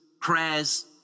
prayers